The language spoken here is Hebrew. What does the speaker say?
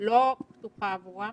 לא פתוחה עבורם